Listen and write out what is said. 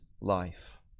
life